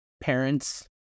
parents